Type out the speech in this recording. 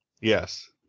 Yes